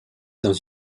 dans